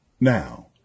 Now